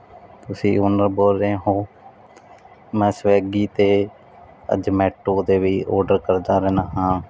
ਤੁਸੀਂ ਓਨਰ ਬੋਲ ਰਹੇ ਹੋ ਮੈਂ ਸਵੀਗੀ 'ਤੇ ਆ ਜਮੈਟੋ 'ਤੇ ਵੀ ਆਰਡਰ ਕਰਦਾ ਰਹਿਣਾ ਹਾਂ